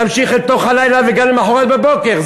להמשיך לתוך הלילה וגם למחרת בבוקר,